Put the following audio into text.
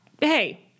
Hey